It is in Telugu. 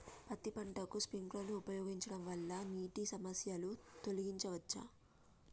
పత్తి పంటకు స్ప్రింక్లర్లు ఉపయోగించడం వల్ల నీటి సమస్యను తొలగించవచ్చా?